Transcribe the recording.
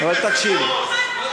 אבל תקשיבו.